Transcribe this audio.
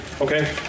okay